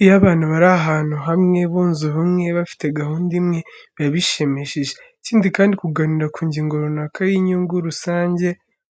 Iyo abantu bari ahantu hamwe, bunze ubumwe, bafite gahunda imwe, biba bishimishije, ikindi kandi kuganira ku ngingo runaka y'inyungu rusange,